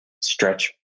stretch